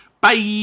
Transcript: Bye